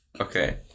Okay